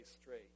straight